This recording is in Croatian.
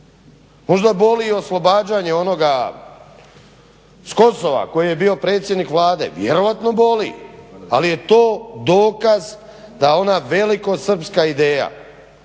Možda boli i oslobađanje onoga s Kosova koji je bio predsjednik Vlade. Vjerojatno boli, ali je to dokaz da ona velikosrpska ideja